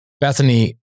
Bethany